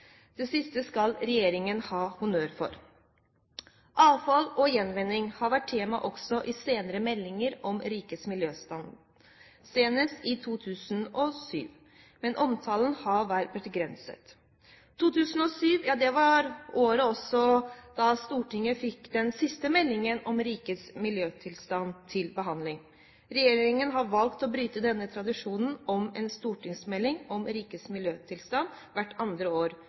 Det siste skal regjeringen ha honnør for. Avfall og gjenvinning har vært tema også i senere meldinger om rikets miljøtilstand, senest i 2007, men omtalen har vært begrenset. 2007 var også det siste året Stortinget fikk en melding om rikets miljøtilstand til behandling. Regjeringen har valgt å bryte denne tradisjonen med en stortingsmelding om rikets miljøtilstand hvert annet år,